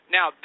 Now